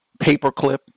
paperclip